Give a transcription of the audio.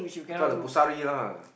become a lah